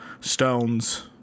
stones